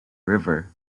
river